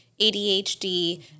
ADHD